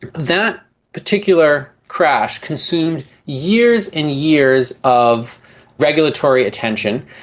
that particular crash consumed years and years of regulatory attention,